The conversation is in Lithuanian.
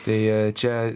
tai čia